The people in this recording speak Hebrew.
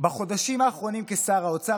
"בחודשים האחרונים כשר האוצר,